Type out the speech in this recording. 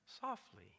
softly